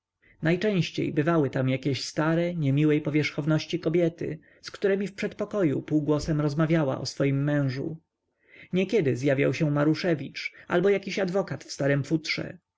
najczęściej bywały tam jakieś stare niemiłej powierzchowności kobiety z któremi w przedpokoju półgłosem rozmawiała o swym mężu niekiedy zjawiał się maruszewicz albo jakiś adwokat w starem futrze